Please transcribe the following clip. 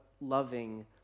loving